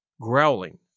growling